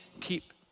keep